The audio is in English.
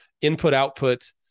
input-output